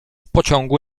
pociągu